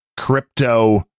Crypto